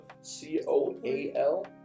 C-O-A-L